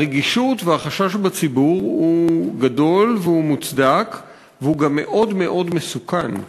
הרגישות והחשש בציבור הם גדולים והם מוצדקים והם גם מאוד מאוד מסוכנים.